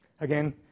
Again